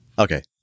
Okay